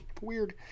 weird